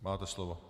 Máte slovo.